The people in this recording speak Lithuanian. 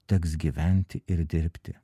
teks gyventi ir dirbti